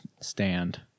stand